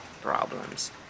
problems